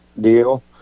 deal